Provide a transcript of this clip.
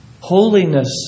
holiness